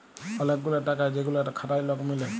ওলেক গুলা টাকা যেগুলা খাটায় লক মিলে